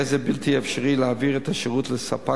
יהא זה בלתי אפשרי להעביר את השירות לספק